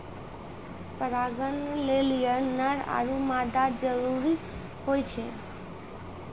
परागण लेलि नर आरु मादा जरूरी होय छै